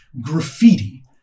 graffiti